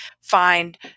find